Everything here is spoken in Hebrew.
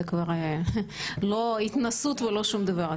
זה כבר לא התנסות ולא שום דבר.